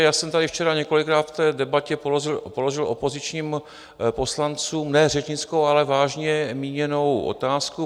já jsem tady včera několikrát v té debatě položil opozičním poslancům ne řečnickou, ale vážně míněnou otázku.